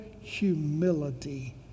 humility